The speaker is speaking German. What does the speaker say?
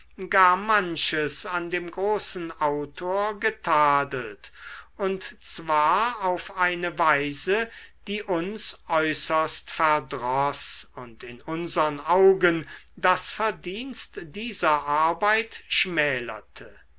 gar manches an dem großen autor getadelt und zwar auf eine weise die uns äußerst verdroß und in unsern augen das verdienst dieser arbeit schmälerte